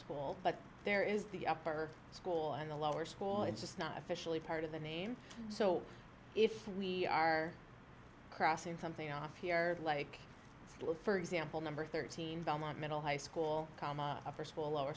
school but there is the upper school and the lower school it's just not officially part of the name so if we are crossing something off here like look for example number thirteen belmont middle high school comma after school a lower